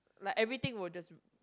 like everything will just